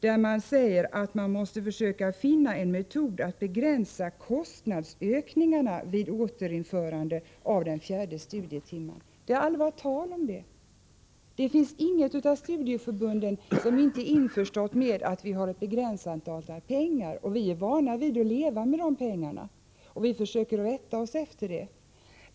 Det står att man måste försöka finna en metod ”att begränsa kostnadsökningarna vid ett eventuellt återinförande av den fjärde studietimmen”. Det har aldrig varit tal om några kostnadsökningar. Inget av studieförbunden är okunnigt om att vi har begränsade resurser. Vi är vana vid att leva med de pengar som står till buds och försöker rätta oss därefter.